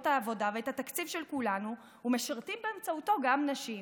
העבודה ואת התקציב של כולנו ומשרתים באמצעותו גם נשים,